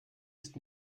ist